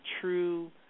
true